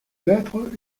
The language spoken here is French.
lettres